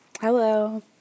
Hello